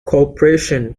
corporation